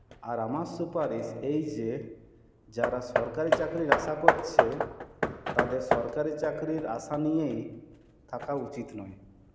আর আমার সুপারিশ এই যে যারা সরকারি চাকরির আশা করছে তাদের সরকারি চাকরির আশা নিয়েই থাকা উচিত নয়